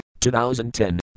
2010